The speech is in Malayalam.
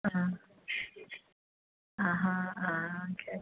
ആ ആഹാ ആ ഓക്കെ ഓക്കെ